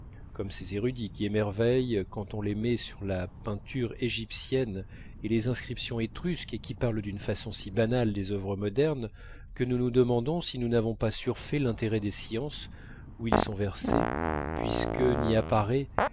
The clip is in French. comme ces érudits qui émerveillent quand on les met sur la peinture égyptienne et les inscriptions étrusques et qui parlent d'une façon si banale des œuvres modernes que nous nous demandons si nous n'avons pas surfait l'intérêt des sciences où ils sont versés puisque n'y apparaît